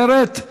אחרת,